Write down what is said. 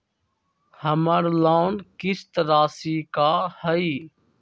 हमर लोन किस्त राशि का हई?